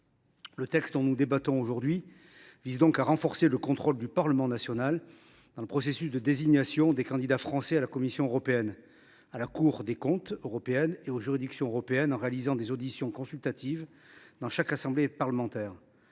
Le texte dont nous débattons aujourd’hui vise à renforcer le contrôle du Parlement dans le processus de désignation des candidats français à la Commission européenne, à la Cour des comptes européenne et aux juridictions européennes, en instaurant des auditions consultatives dans chaque assemblée parlementaire.